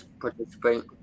participate